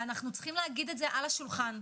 ואנחנו צריכים להגיד את זה על השולחן.